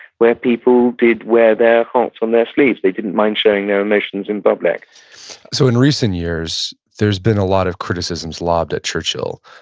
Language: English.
where people did wear their hearts on their sleeves. they didn't mind sharing their emotions in public so in recent years, there's been a lot of criticisms lobbed at churchill,